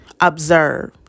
observe